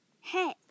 hey